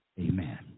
amen